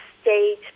state